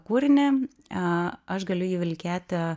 kūrinį a aš galiu jį vilkėti